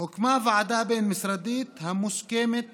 הוקמה ועדה בין-משרדית המוסמכת